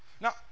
Now